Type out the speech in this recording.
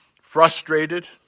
frustrated